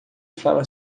fala